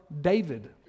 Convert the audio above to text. David